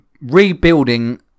rebuilding